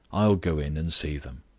i'll go in and see them.